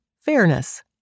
fairness